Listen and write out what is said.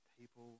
People